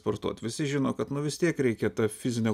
sportuot visi žino kad nu vis tiek reikia ta fizine